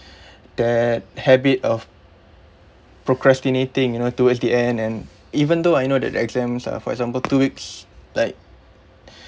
that habit of procrastinating you know towards the end and even though I know that the exams are for example two weeks like